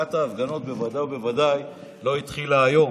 ההפגנות, שבוודאי ובוודאי לא התחילה היום.